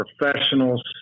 professionals